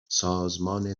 سازمان